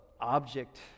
object